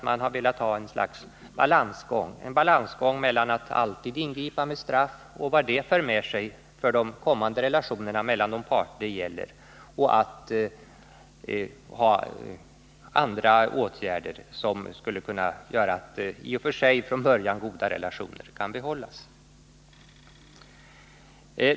Man har velat gå ett slags balansgång mellan att alltid ingripa med straff, och vad det för med sig för de kommande relationerna mellan de parter det gäller, och andra åtgärder som skulle kunna göra att i och för sig från början goda relationer kan behållas.